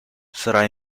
sarà